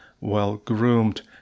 well-groomed